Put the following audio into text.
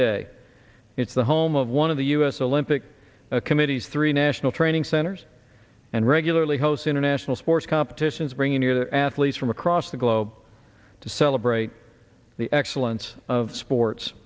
day it's the home of one of the u s olympic committees three national training centers and regularly hosts international sports competitions bringing near the athletes from across the globe to celebrate the excellence of sports